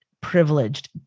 privileged